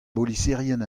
boliserien